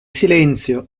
silenzio